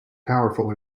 powerful